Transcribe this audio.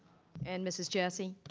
and mrs. jessie.